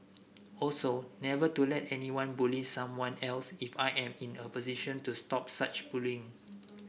also never to let anyone bully someone else if I am in a position to stop such bullying